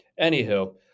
anywho